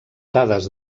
dades